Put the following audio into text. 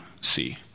see